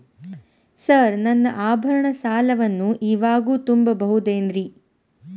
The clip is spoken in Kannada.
ಸರ್ ನನ್ನ ಆಭರಣ ಸಾಲವನ್ನು ಇವಾಗು ತುಂಬ ಬಹುದೇನ್ರಿ?